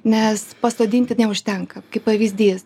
nes pasodinti neužtenka kaip pavyzdys